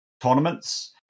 tournaments